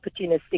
opportunistic